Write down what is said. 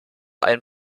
ein